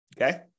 Okay